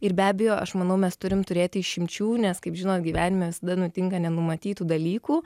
ir be abejo aš manau mes turim turėti išimčių nes kaip žinot gyvenime visada nutinka nenumatytų dalykų